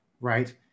right